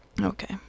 Okay